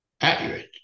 accurate